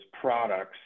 products